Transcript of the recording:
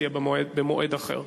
יהיו במועד אחר.